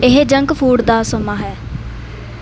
ਇਹ junk food ਦਾ ਸਮਾਂ ਹੈ